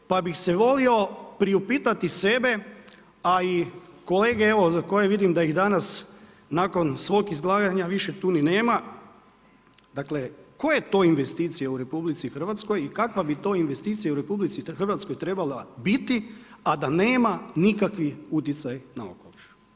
Pa bih se volio priupitati sebe, a i kolege evo za koje vidim da ih danas nakon svog izlaganja više tu ni nema, dakle koje to investicije u RH i kakva bi to investicija u RH trebala biti, a da nema nikakav uticaj na okoliš?